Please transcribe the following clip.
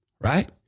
right